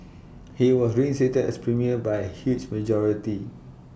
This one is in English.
he was reinstated as premier by A huge majority